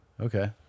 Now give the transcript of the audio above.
Okay